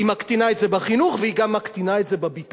היא מקטינה את זה בחינוך והיא גם מקטינה את זה בביטחון,